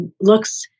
looks